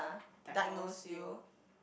diagnose you